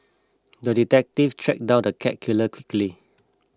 the detective tracked down the cat killer quickly